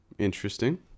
Interesting